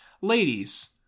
ladies